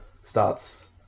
starts